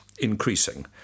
increasing